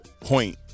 point